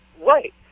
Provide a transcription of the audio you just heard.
Right